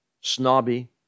snobby